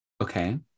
Okay